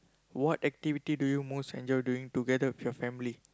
what activity do you most enjoy doing together with your family